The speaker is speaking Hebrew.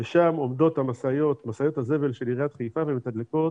ושם עומדות משאיות הזבל של עיריית חיפה ומתדלקות